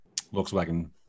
Volkswagen